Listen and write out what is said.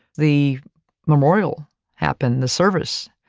the memorial happened, the service,